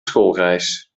schoolreis